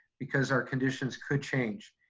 because our conditions could change.